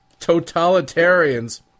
totalitarians